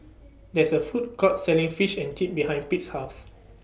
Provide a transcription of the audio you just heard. There IS A Food Court Selling Fish and Chips behind Pete's House